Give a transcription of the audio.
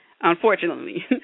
unfortunately